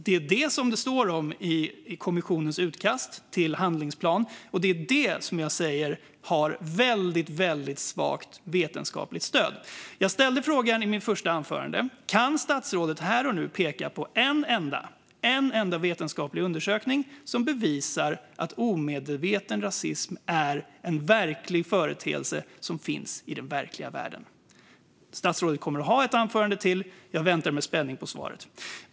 Det är detta som det står om i kommissionens utkast till handlingsplan, och det är detta som jag säger har väldigt svagt vetenskapligt stöd. Jag ställde frågan i mitt första anförande. Kan statsrådet här och nu peka på en enda vetenskaplig undersökning som bevisar att omedveten rasism är en verklig företeelse som finns i den verkliga världen? Statsrådet har ett anförande till, och jag väntar med spänning på svaret.